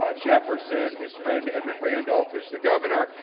ah jefferson, his friend edmund randolph, who's the governor.